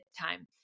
time